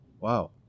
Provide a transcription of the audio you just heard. Wow